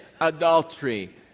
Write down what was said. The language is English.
adultery